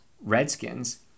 Redskins